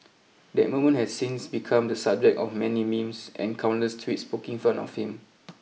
that moment has since become the subject of many memes and countless tweets poking fun of him